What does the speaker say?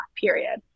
period